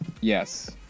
Yes